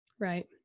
Right